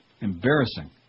Embarrassing